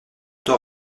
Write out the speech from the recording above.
tort